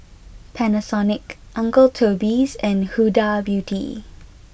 Panasonic Uncle Toby's and Huda Beauty